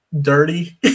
Dirty